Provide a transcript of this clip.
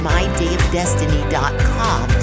MyDayOfDestiny.com